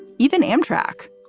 even amtrak.